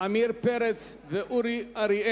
איזה סעיף?